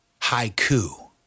haiku